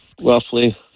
roughly